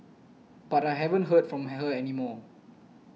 but I haven't heard from her any more